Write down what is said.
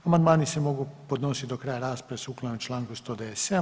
Amandmani se mogu podnositi do kraja rasprave sukladno Članku 197.